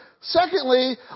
Secondly